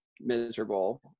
Miserable